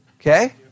Okay